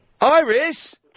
Iris